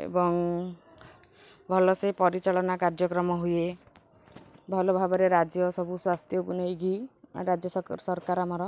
ଏବଂ ଭଲସେ ପରିଚାଳନା କାର୍ଯ୍ୟକ୍ରମ ହୁଏ ଭଲ ଭାବରେ ରାଜ୍ୟ ସବୁ ସ୍ୱାସ୍ଥ୍ୟକୁ ନେଇକି ରାଜ୍ୟ ସରକାର ଆମର